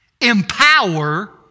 empower